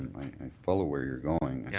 i follow where you're going.